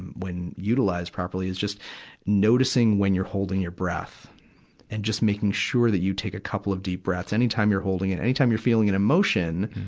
and when utilized properly is just noticing when you're holding your breath and just making sure that you take a couple of deep breaths. anytime you're holding it, anytime you're feeling an emotion,